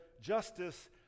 justice